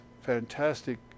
fantastic